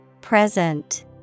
Present